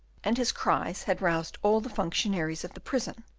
and his cries had roused all the functionaries of the prison.